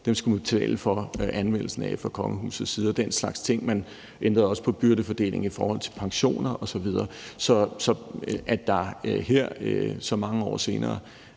Dem skulle man betale for anvendelsen af fra kongehusets side. Man ændrede også på byrdefordelingen i forhold til pensioner osv. Så at der her så mange år senere